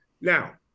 now